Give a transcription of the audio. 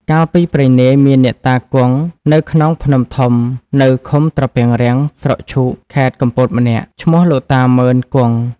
កាលពីព្រេងនាយ មានអ្នកតាគង់នៅខ្នងភ្នំធំ នៅឃុំត្រពាំងរាំង ស្រុកឈូក ខេត្តកំពតម្នាក់ ឈ្មោះលោកតាម៉ឺន-គង់។